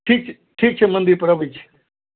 ठीक छै ठीक छै मन्दिरपर अबै छी